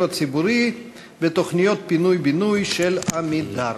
הציבורי בתוכניות פינוי-בינוי של "עמידר".